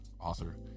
author